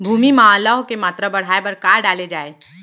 भूमि मा लौह के मात्रा बढ़ाये बर का डाले जाये?